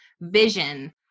vision